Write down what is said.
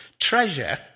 Treasure